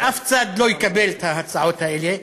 שאף צד לא יקבל את ההצעות האלה,